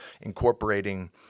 incorporating